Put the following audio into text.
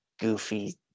goofy